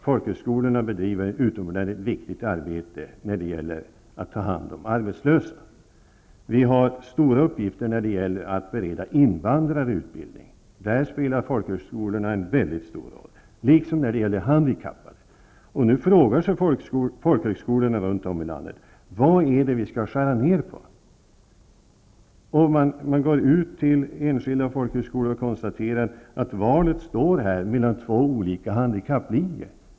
Folkhögskolorna bedriver ett utomordentligt viktigt arbete när det gäller att ta hand om arbetslösa. Vi har stora uppgifter i fråga om att ge invandrare utbildning. Här spelar folkhögskolorna en mycket stor roll, liksom beträffande handikappade. Nu frågar man sig i folkhögskolorna runt om i landet vad det är man skall skära ned på. Man går ut till enskilda folkhögskolor och konstaterar att valet står mellan exempelvis två olika handikapplinjer.